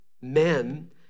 men